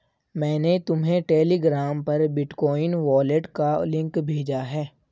मैंने तुम्हें टेलीग्राम पर बिटकॉइन वॉलेट का लिंक भेजा है